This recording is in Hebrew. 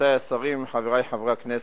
רבותי השרים, חברי חברי הכנסת,